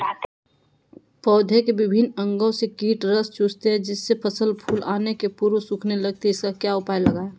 पौधे के विभिन्न अंगों से कीट रस चूसते हैं जिससे फसल फूल आने के पूर्व सूखने लगती है इसका क्या उपाय लगाएं?